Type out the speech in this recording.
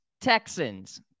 Texans